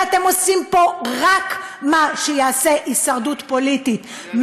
ואתם עושים פה רק מה שיעשה הישרדות פוליטית,